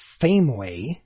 Fameway